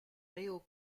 réaux